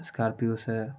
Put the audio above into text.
Scorpio सऽ